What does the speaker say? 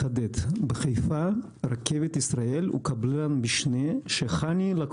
בחיפה רכבת ישראל הוא קבלן משנה שחנ"י חברת